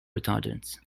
retardants